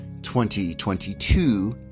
2022